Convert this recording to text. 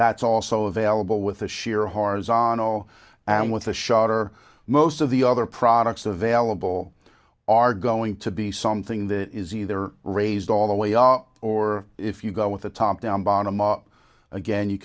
that's also available with a sheer horizontal and with a shutter most of the other products available are going to be something that is either raised all the way are or if you go with the top down bottom up again you